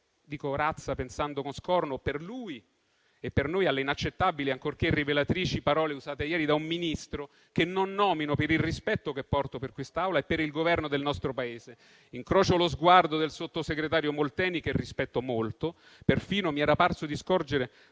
Dico "razza" pensando con scorno, per lui e per noi, alle inaccettabili ancorché rivelatrici parole usate ieri da un Ministro, che non nomino per il rispetto che porto per quest'Assemblea e per il Governo del nostro Paese. Incrocio lo sguardo del sottosegretario Molteni, che rispetto molto; perfino mi era parso di scorgere,